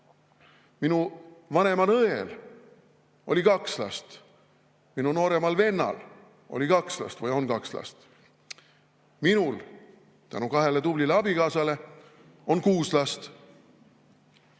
Minu vanemal õel oli kaks last. Minu nooremal vennal oli kaks last või on kaks last. Minul – tänu kahele tublile abikaasale – on kuus last.